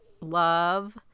love